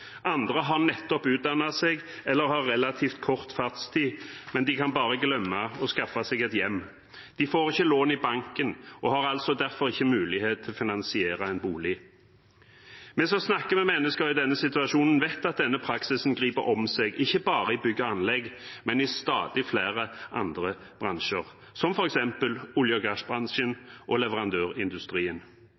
Andre har nettopp utdannet seg eller har relativt kort fartstid, men de kan bare glemme å skaffe seg et hjem. De får ikke lån i banken og har derfor ikke mulighet til å finansiere en bolig. Vi som snakker med mennesker i denne situasjonen, vet at denne praksisen griper om seg, ikke bare i bygg- og anleggsbransjen, men i stadig flere andre bransjer, som f.eks. olje- og gassbransjen og leverandørindustrien.